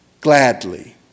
gladly